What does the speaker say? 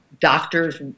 doctors